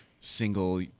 single